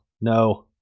no